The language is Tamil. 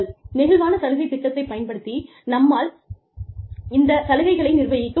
நெகிழ்வான சலுகை திட்டத்தைப் பயன்படுத்தி நம்மால் இந்த சலுகைகளை நிர்வகிக்க முடியும்